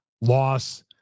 loss